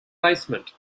basement